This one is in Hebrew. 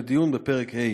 לדיון בפרק ה',